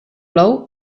plou